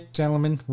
gentlemen